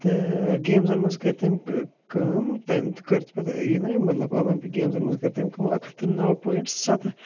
تہٕ گیمزَن منٛز کٔر تٔمۍ کہٕ کٲم تٔمۍ کٔر پتہٕ یہِ نا یِم مطلب اولَمپِک گیمزَن منٛز کٔر تٔمۍ کٲم اَکھ ہَتھ تہٕ نَو پوینٛٹ سَتہٕ